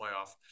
playoff